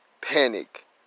panic